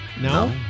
No